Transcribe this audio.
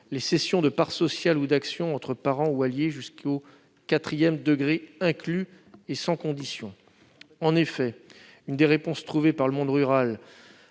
les cessions de parts sociales ou d'actions entre parents ou alliés jusqu'au quatrième degré inclus. En effet, l'une des réponses trouvées par le monde rural